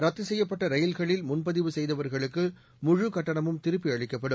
ரத்து செய்யப்பட்ட ரயில்களில் முன்பதிவு செய்தவர்களுக்கு முழு கட்டணமும் திருப்பி அளிக்கப்படும்